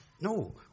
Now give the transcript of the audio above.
no